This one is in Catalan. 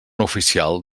oficial